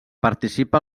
participa